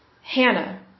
Hannah